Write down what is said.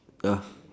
ya